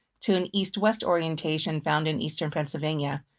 to an east-west orientation found in eastern pennsylvania.